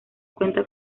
cuentan